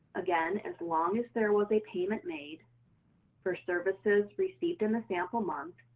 again, as long as there was a payment made for services received in the sample month,